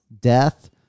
death